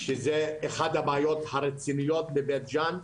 שזו אחת הבעיות הרציניות בבית ג'ן.